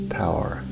power